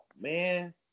man